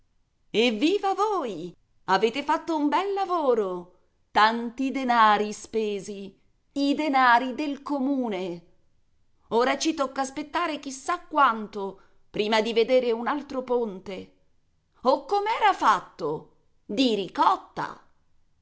evviva voi avete fatto un bel lavoro tanti denari spesi i denari del comune ora ci tocca aspettare chissà quanto prima di vedere un altro ponte o com'era fatto di ricotta